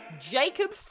Jacob